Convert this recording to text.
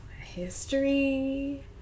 History